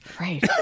Right